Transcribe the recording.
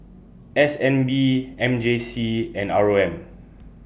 S N B M J C and R O M